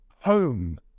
home